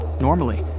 Normally